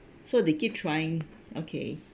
so they keep trying okay